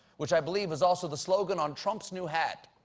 which i believe is also the slogan on trump's new hat.